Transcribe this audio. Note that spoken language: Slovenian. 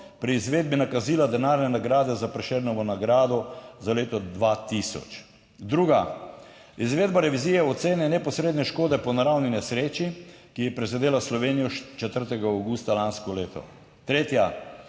pri izvedbi nakazila denarne nagrade za Prešernovo nagrado za leto 2000. Druga, izvedba revizije ocene neposredne škode po naravni nesreči, ki je prizadela Slovenijo 4. avgusta lansko leto. Tretja,